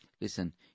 Listen